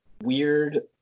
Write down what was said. weird